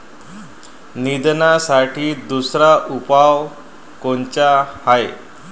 निंदनासाठी दुसरा उपाव कोनचा हाये?